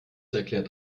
erklärt